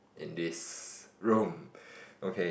in this room okay